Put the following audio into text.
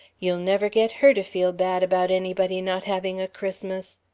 you'll never get her to feel bad about anybody not having a christmas.